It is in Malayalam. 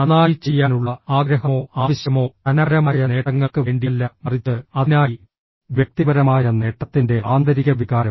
നന്നായി ചെയ്യാനുള്ള ആഗ്രഹമോ ആവശ്യമോ ധനപരമായ നേട്ടങ്ങൾക്ക് വേണ്ടിയല്ല മറിച്ച് അതിനായി വ്യക്തിപരമായ നേട്ടത്തിന്റെ ആന്തരിക വികാരം